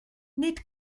nid